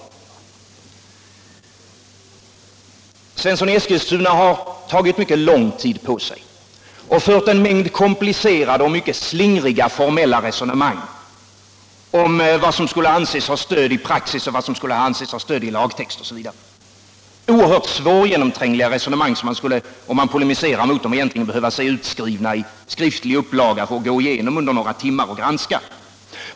Herr Svensson i Eskilstuna har tagit mycket lång tid på sig och fört en mängd komplicerade och mycket slingriga formella resonemang om vad som skulle anses ha stöd i praxis, vad som skulle anses ha stöd i lagtext osv. Det var oerhört svårgenomträngliga resonemang, och för att polemisera emot dem skulle man egentligen behöva se dem i skriven upplaga, som man kunde gå igenom och granska under några timmar.